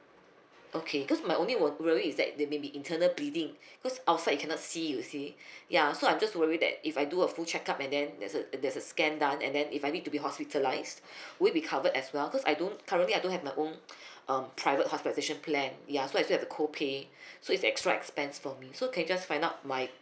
okay cause my only wo~ worry is that there may be internal bleeding cause outside you cannot see you see ya so I'm just worried that if I do a full check-up and then there's a there's a scan done and then if I need to be hospitalised would it be covered as well cause I don't currently I don't have my own um private hospitalisation plan ya so I still have to cold pay so it's extra expense for me so can you just find out my